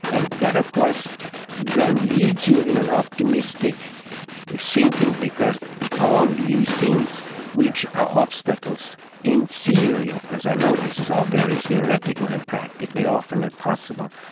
and that of course then leads you in an optimistic thinking because all these things which are obstacles in theory, of course i know this is all very theoretical and practically often impossible,